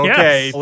Okay